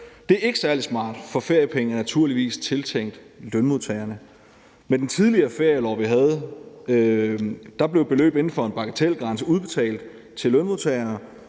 Det er ikke særlig smart, for feriepengene er naturligvis tiltænkt lønmodtagerne. Med den tidligere ferielov, vi havde, blev beløb under en bagatelgrænse udbetalt til lønmodtagerne,